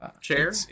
chair